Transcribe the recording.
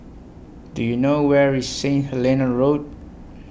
Do YOU know Where IS Saint Helena Road